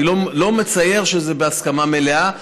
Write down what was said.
אני לא מצייר שזה בהסכמה מלאה,